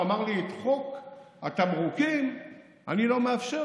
הוא אמר לי: את חוק התמרוקים אני לא מאפשר,